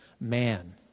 man